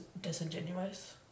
disingenuous